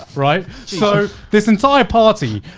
right? so this entire party,